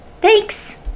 Thanks